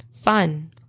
fun